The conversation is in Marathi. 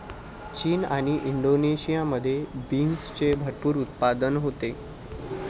चीन आणि इंडोनेशियामध्ये बीन्सचे भरपूर उत्पादन होते